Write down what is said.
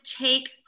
take